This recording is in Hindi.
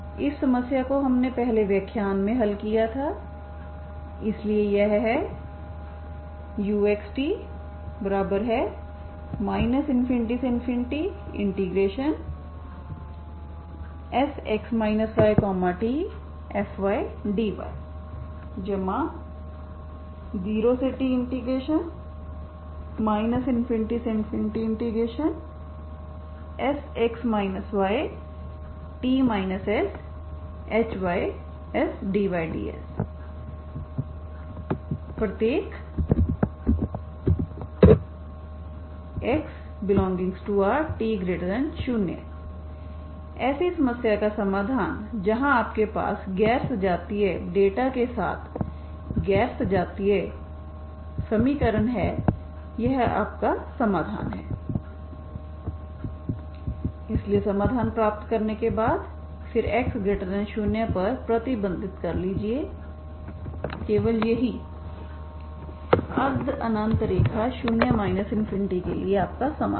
इस समस्या को हमने पहले व्याख्यान में हल किया था इसलिए यह है uxt ∞Sx ytfdy0t ∞Sx yt shysdyds ∀x∈R t 0 ऐसी समस्या का समाधान जहां आपके पास गैर सजातीय डेटा के साथ गैर सजातीय समीकरण है यह आपका समाधान है इसलिए समाधान प्राप्त करने के बाद फिर x 0 पर प्रतिबंधित कर दीजिए केवल यही अर्ध अनंत रेखा 0 ∞ के लिए आपका समाधान